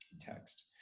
Text